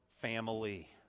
Family